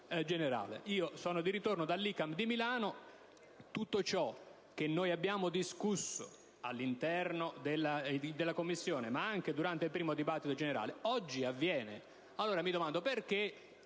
Sono di ritorno dall'ICAM di Milano: tutto ciò di cui abbiamo discusso all'interno della Commissione, ma anche durante il primo dibattito generale, oggi avviene. Allora mi domando: perché